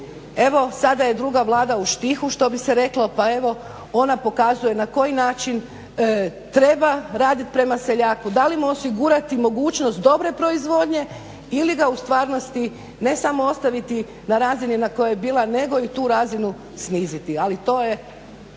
Evo sada je druga Vlada u štihu što bi se reklo pa evo ona pokazuje na koji način treba raditi prema seljaku, da li mu osigurati mogućnost dobre proizvodnje ili ga u stvarnosti ne samo ostaviti na razini na kojoj je bila nego i tu razinu sniziti ali to je